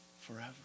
forever